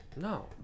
No